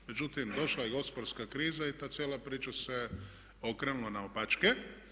Međutim, došla je gospodarska kriza i ta cijela priča se okrenula naopačke.